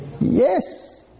Yes